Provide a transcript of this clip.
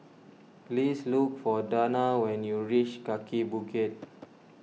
please look for Dana when you reach Kaki Bukit